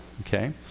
Okay